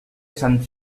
sant